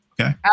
Okay